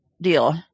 deal